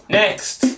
next